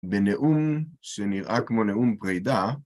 בנאום שנראה כמו נאום פרידה